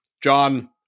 John